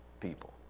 people